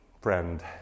friend